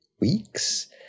weeks